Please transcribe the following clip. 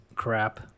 crap